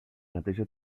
neteja